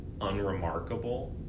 unremarkable